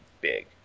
big